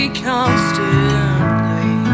constantly